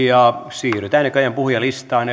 siirrytään näköjään puhujalistaan